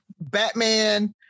Batman